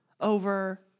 over